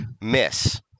Miss